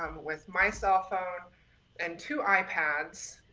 um with my cell phone and two ipads,